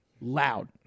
loud